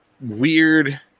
weird